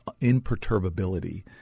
imperturbability